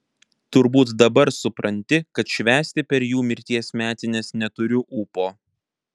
turbūt dabar supranti kad švęsti per jų mirties metines neturiu ūpo